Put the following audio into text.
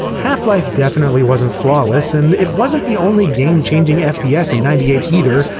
half-life definitely wasn't flawless, and it wasn't the only game-changing fps in ninety eight either.